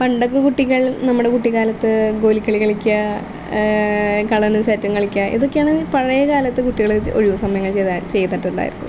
പണ്ടൊക്കെ കുട്ടിക്കാലം നമ്മുടെ കുട്ടിക്കാലത്ത് ഗോൽക്കളി കളിക്കുക കള്ളനും സാറ്റും കളിക്കുക ഇതൊക്കെയാണ് പഴയ കാലത്തെ കുട്ടികൾ ഒഴിവു സമയങ്ങളിൽ ചെയ്തിട്ടുണ്ടായിരുന്നത്